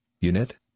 unit